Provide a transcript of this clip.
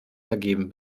vergeben